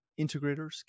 integrators